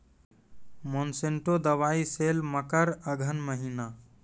Monsanto दवाई sale मकर अघन महीना,